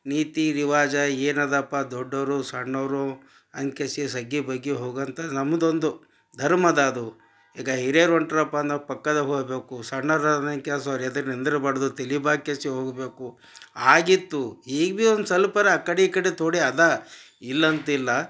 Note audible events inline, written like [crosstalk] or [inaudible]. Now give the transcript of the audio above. ನೀತಿ ರಿವಾಜು ಏನು ಅದಪ್ಪ ದೊಡ್ಡೋವ್ರು ಸಣ್ಣೋವ್ರು ಅನ್ಕೇಶಿ ತಗ್ಗಿ ಬಗ್ಗಿ ಹೋಗುವಂಥದ್ದು ನಮ್ಮದೊಂದು ಧರ್ಮ ಅದ ಅದು ಈಗ ಹಿರಿಯರು ಹೊಂಟರಪ್ಪ ಅನ್ನೋ ಪಕ್ಕದಾಗ ಹೋಗ್ಬೇಕು ಸಣ್ಣ [unintelligible] ಅವ್ರ ಎದ್ರು ನಿಂದಿರ್ಬಾರ್ದು ತಲಿ ಬಾಕೇಶಿ ಹೋಗಬೇಕು ಆಗಿತ್ತು ಈಗ ಭಿ ಒಂದು ಸ್ವಲ್ಪರ ಆ ಕಡೆ ಈ ಕಡೆ ತೋಡಿ ಅದ ಇಲ್ಲಾಂತಿಲ್ಲ